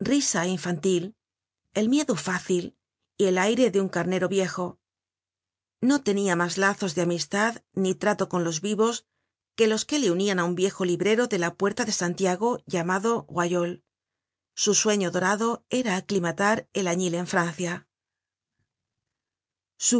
risa infantil el miedo fácil y el aire de un carnero viejo no tenia mas lazos de amistad ni trato con los vivos que los que le unian á un viejo librero de la puerta de santiago llamado royol su sueño dorado era aclimatar el añil en francia